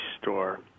store